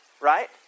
Right